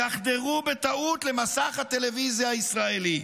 יחדרו בטעות למסך הטלוויזיה הישראלי.